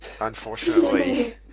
unfortunately